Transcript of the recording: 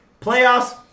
Playoffs